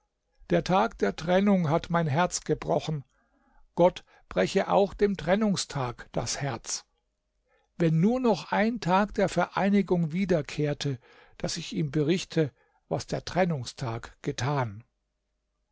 der tag der trennung hat mein herz gebrochen gott breche auch dem trennungstag das herz wenn nur noch ein tag der vereinigung wiederkehrte daß ich ihm berichte was der trennungstag getan